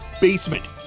BASEMENT